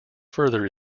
further